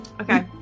Okay